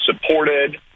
supported